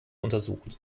untersucht